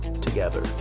together